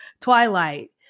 Twilight